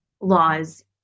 laws